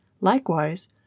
Likewise